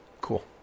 Cool